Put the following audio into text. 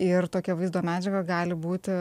ir tokia vaizdo medžiaga gali būti